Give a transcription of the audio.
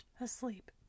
asleep